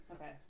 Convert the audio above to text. Okay